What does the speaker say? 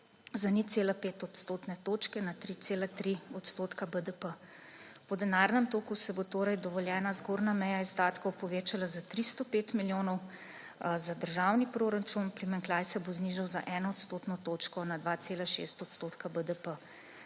za 0,5 odstotne točke, na 3,3 % BDP. Po denarnem toku se bo torej dovoljena zgornja meja izdatkov povečala za 305 milijonov za državni proračun, primanjkljaj se bo znižal za 1 odstotno točko, na 2,6 % BDP.